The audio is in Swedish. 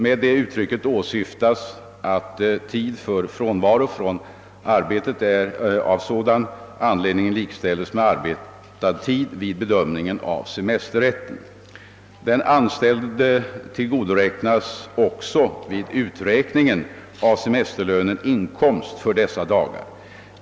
Med uttrycket åsyftas att tid för frånvaro från arbetet av sådan anledning likställs med arbetad tid vid bedömningen av semesterrätten. Den anställde tillgodoräknas också vid uträkningen av semesterlönen inkomst för dessa dagar.